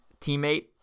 teammate